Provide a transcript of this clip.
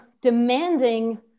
demanding